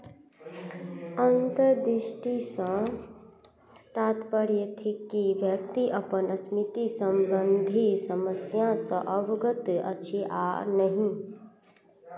अन्तर्दृष्टिसँ तात्पर्य थिक कि व्यक्ति अपन स्मृति सम्बन्धी समस्यासँ अवगत अछि आ नहि